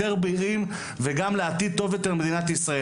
יותר בריאים וגם לעתיד טוב יותר למדינת ישראל,